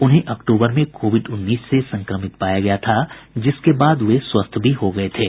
उन्हें अक्तूबर में कोविड उन्नीस से संक्रमित पाया गया था जिससे वे बाद में स्वस्थ हो गए थे